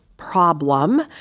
Problem